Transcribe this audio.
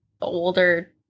older